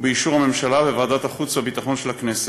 ובאישור הממשלה וועדת החוץ והביטחון של הכנסת.